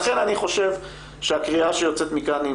לכן אני חושב שהקריאה שיוצאת מכאן היא